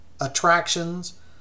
attractions